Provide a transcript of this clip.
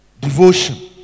Devotion